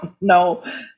no